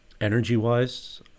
Energy-wise